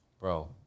Bro